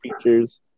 features